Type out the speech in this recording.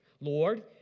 Lord